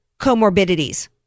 comorbidities